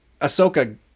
Ahsoka